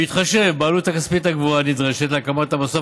בהתחשב בעלות הכספית הגבוהה הנדרשת להקמת המסוף